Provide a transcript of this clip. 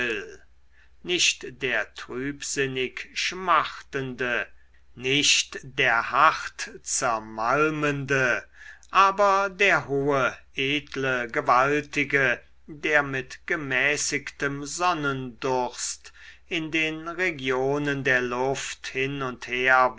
nicht der trübsinnig schmachtende nicht der hartzermalmende aber der hohe edle gewaltige der mit gemäßigtem sonnendurst in den regionen der luft hin und her